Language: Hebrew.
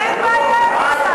אין בעיה.